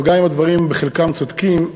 וגם אם הדברים בחלקם צודקים,